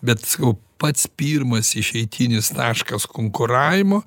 bet sakau pats pirmas išeitinis taškas konkuravimo